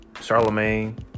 Charlemagne